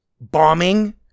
bombing